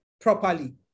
properly